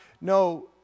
No